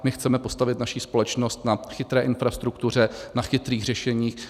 My chceme postavit naši společnost na chytré infrastruktuře, na chytrých řešeních.